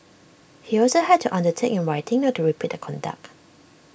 he also had to undertake in writing not to repeat the conduct